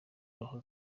roho